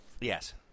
yes